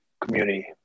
community